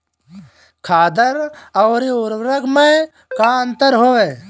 खादर अवरी उर्वरक मैं का अंतर हवे?